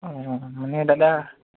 অঁ মানে দাদা